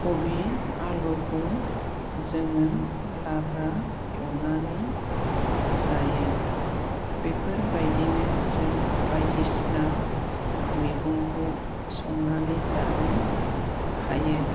खबि आलुखौ जोङो लाब्रा एवनानै जायो बेफोरबायदिनो जों बायदिसिना मैगंखौ संनानै जानो हायो